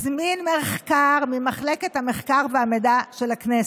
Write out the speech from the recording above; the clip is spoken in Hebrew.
הזמין מחקר ממחלקת המחקר והמידע של הכנסת.